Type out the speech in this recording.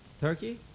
Turkey